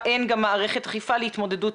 אני אבקש שזה יהיה מאוד ממוקד לנושא הזה.